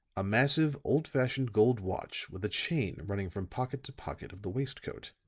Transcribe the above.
a massive, old-fashioned gold watch with a chain running from pocket to pocket of the waist-coat.